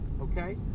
Okay